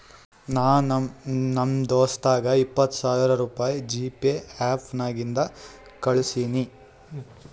ನಾ ನಮ್ ದೋಸ್ತಗ ಇಪ್ಪತ್ ಸಾವಿರ ರುಪಾಯಿ ಜಿಪೇ ಆ್ಯಪ್ ನಾಗಿಂದೆ ಕಳುಸಿನಿ